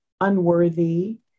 unworthy